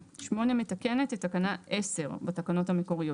8. מתקנת את תקנה 10 בתקנות המקוריות.